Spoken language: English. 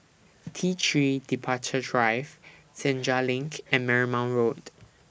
T three Departure Drive Senja LINK and Marymount Road